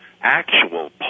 actual